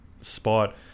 spot